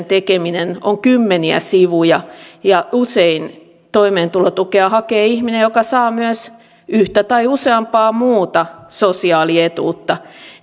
tekeminen on kymmeniä sivuja ja ja usein toimeentulotukea hakee ihminen joka saa myös yhtä tai useampaa muuta sosiaalietuutta